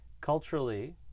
Culturally